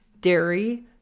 dairy